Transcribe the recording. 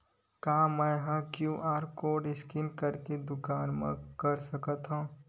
का मैं ह क्यू.आर कोड स्कैन करके दुकान मा कर सकथव?